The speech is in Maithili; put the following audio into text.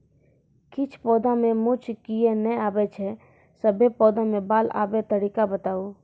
किछ पौधा मे मूँछ किये नै आबै छै, सभे पौधा मे बाल आबे तरीका बताऊ?